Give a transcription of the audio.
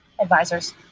advisors